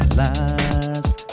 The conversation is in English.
last